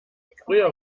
früher